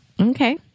Okay